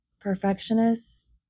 Perfectionists